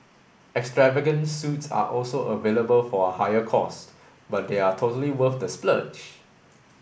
extravagant suites are also available for a higher cost but they are totally worth the splurge